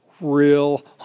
real